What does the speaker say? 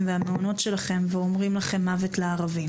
והמעונות שלכם ואומרים להם: מוות לערבים.